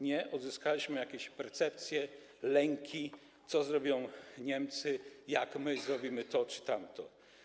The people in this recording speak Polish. Nie, uzyskaliśmy jakieś percepcje, lęki, co zrobią Niemcy, jak my zrobimy to czy tamto.